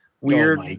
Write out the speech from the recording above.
Weird